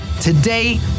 Today